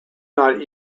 not